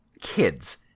kids